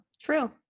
True